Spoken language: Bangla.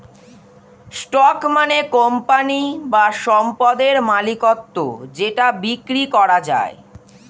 স্টক মানে কোম্পানি বা সম্পদের মালিকত্ব যেটা বিক্রি করা যায়